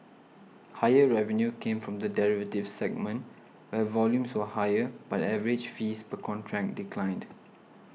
higher revenue came from the derivatives segment where volumes were higher but average fees per contract declined